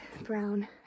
brown